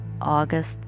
August